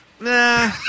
Nah